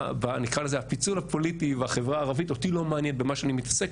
נקרא לזה הפיצול הפוליטי בחברה הערבית אותי לא מעניין במה שאני מתעסק,